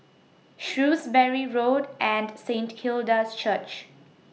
Shrewsbury Road and Saint Hilda's Church